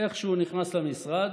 איך שהוא נכנס למשרד,